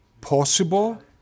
possible